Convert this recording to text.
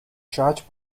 charged